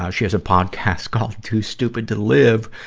she has a podcast called too stupid to live.